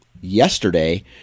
yesterday